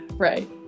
Right